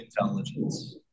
intelligence